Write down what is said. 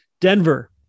Denver